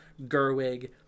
Gerwig